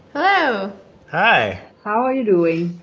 hello hi how are you doing?